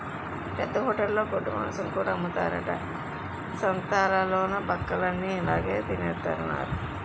పెద్ద హోటలులో గొడ్డుమాంసం కూర అమ్ముతారట సంతాలలోన బక్కలన్ని ఇలాగె తినెత్తన్నారు